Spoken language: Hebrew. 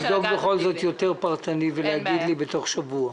תבדקו את זה יותר פרטני ותגידו לי בתוך שבוע.